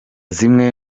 zimwe